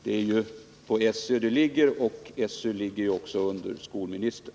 Det är på SÖ arbetet blivit fördröjt, och SÖ sorterar ju under skolministern.